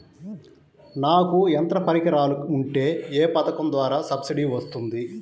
నాకు యంత్ర పరికరాలు ఉంటే ఏ పథకం ద్వారా సబ్సిడీ వస్తుంది?